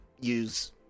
use